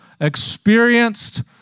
experienced